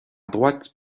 droite